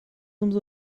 umso